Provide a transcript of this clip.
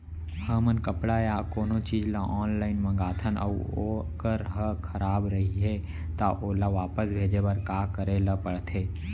हमन कपड़ा या कोनो चीज ल ऑनलाइन मँगाथन अऊ वोकर ह खराब रहिये ता ओला वापस भेजे बर का करे ल पढ़थे?